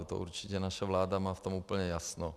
To určitě naše vláda má v tom úplně jasno.